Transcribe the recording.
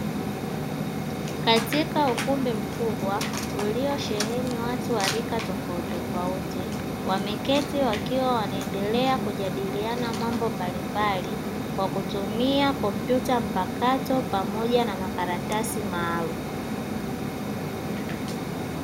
Katika ukumbi mkubwa uliosheheni watu wa rika tofautitofauti wameketi wakiwa wanaendelea kujadiliana mambo mbalimbali kwa kutumia kompyuta mpakato pamoja na makaratasi maalumu.